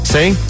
See